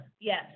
yes